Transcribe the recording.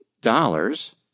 dollars